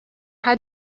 how